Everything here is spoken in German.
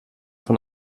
von